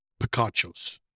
Picachos